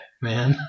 man